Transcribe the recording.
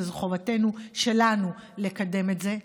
וזו חובתנו שלנו לקדם את זה.